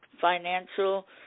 financial